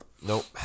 Nope